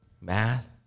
Math